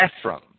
Ephraim